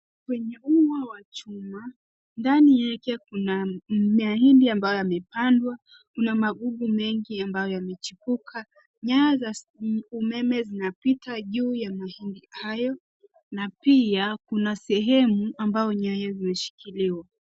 Kwenye uwa wa chuma, ndani yake kuna mimeahindi ambayo yamepandwa, kuna magugu mengi ambayo yamechipuka. Nyaya za umeme zinapita juu ya mahindi hayo na pia kuna sehemu ambayo nyaya zinashikiliwa.